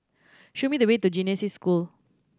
show me the way to Genesis School